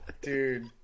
Dude